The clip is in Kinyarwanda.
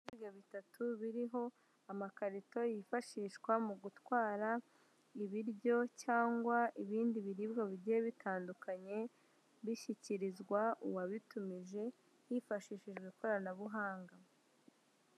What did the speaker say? Ibiga bitatu biriho amakarito yifashishwa mu gutwara ibiryo cyangwa ibindi biribwa bigiye bitandukanye bishyikirizwa uwabitumije hifashishijwe ikoranabuhanga.